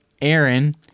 Aaron